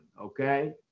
Okay